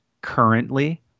currently